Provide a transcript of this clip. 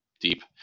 deep